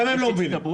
גם הם לא מבינים.